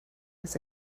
his